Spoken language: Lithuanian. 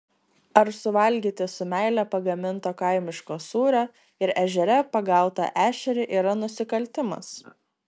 ar suvalgyti su meile pagaminto kaimiško sūrio ir ežere pagautą ešerį yra nusikaltimas